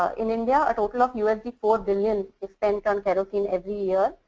ah in india a total usd four billion spent on kerosene every year.